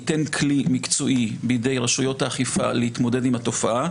ייתן כלי מקצועי בידי רשויות האכיפה להתמודד עם התופעה.